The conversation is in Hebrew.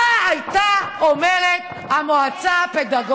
מה את עושה בשביל זה?